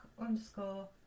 underscore